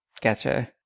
gotcha